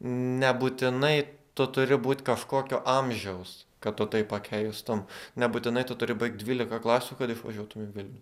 nebūtinai tu turi būt kažkokio amžiaus kad tu tai pakeistum nebūtinai tu turi baigt dvylika klasių kad išvažiuotum į vilnių